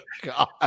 God